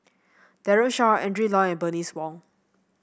Daren Shiau Adrin Loi and Bernice Wong